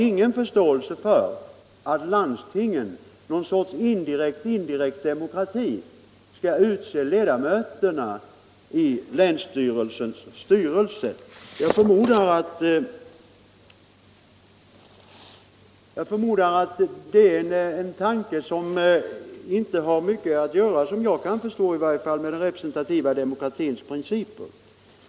Men tanken att landstingen i någon sorts indirekt demokrati skall utse ledamöterna i länsstyrelsens styrelse har, såvitt jag kan förstå, inte mycket att göra med den representativa demokratins principer.